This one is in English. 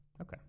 Okay